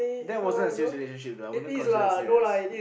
that wasn't a serious relationship tough I wouldn't consider it serious